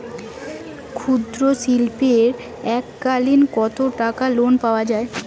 ক্ষুদ্রশিল্পের এককালিন কতটাকা লোন পাওয়া য়ায়?